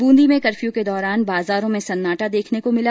बूंदी में कर्फ्यू के दौरान बाजारो में सन्नाटा देखने को मिला